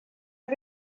que